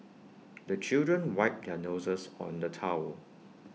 the children wipe their noses on the towel